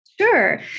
Sure